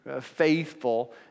faithful